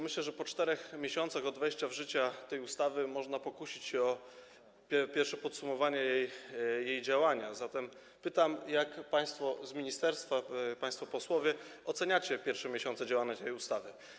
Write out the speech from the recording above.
Myślę, że po 4 miesiącach od wejścia w życie tej ustawy można pokusić się o pierwsze podsumowanie jej działania, zatem pytam: Jak państwo z ministerstwa, państwo posłowie oceniacie pierwsze miesiące działania tej ustawy?